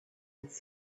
its